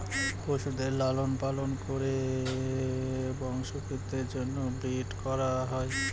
পশুদের লালন করে বংশবৃদ্ধির জন্য ব্রিড করা হয়